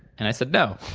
and i said, no.